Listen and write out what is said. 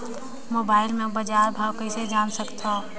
Mobile म बजार भाव कइसे जान सकथव?